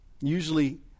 usually